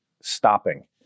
stopping